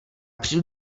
přijdu